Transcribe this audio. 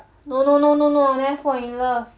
no no no no no never fall in love